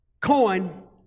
Coin